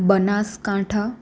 Banaskantha